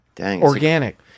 organic